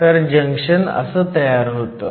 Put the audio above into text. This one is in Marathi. तर जंक्शन असं तयार होतं